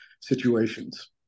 situations